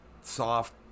soft